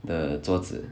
的桌子